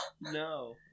No